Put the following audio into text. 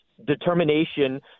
determination